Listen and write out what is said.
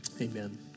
amen